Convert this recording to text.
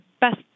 Best